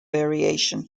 variation